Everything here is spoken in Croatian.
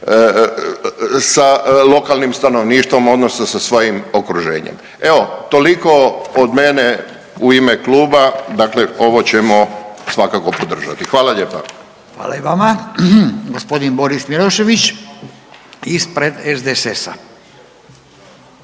sa lokalnim stanovništvom odnosno sa svojim okruženjem. Evo toliko od mene u ime kluba, dakle ovo ćemo svakako podržati. Hvala lijepa. **Radin, Furio (Nezavisni)** Hvala i vama. Gospodin Boris Milošević ispred SDSS-a.